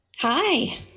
Hi